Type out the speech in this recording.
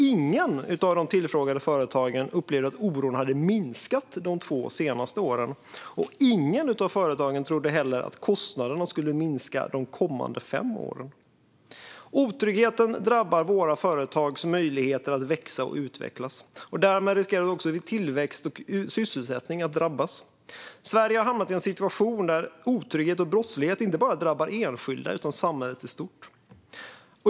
Ingen av de tillfrågade företagarna upplevde att oron hade minskat de senaste två åren. Ingen av företagarna trodde heller att kostnaderna skulle minska de kommande fem åren. Otryggheten drabbar våra företags möjligheter att växa och utvecklas. Därmed riskerar också tillväxt och sysselsättning att drabbas. Sverige har hamnat i en situation där otrygghet och brottslighet drabbar inte bara enskilda utan samhället i stort.